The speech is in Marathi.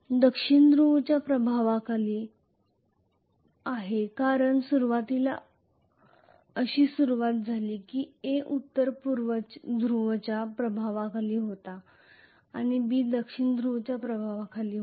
दक्षिण ध्रुवच्या प्रभावाखाली आहे कारण सुरुवातीला अशी सुरुवात झाली की A उत्तर ध्रुवच्या प्रभावाखाली होता आणि B दक्षिण ध्रुवच्या प्रभावाखाली होता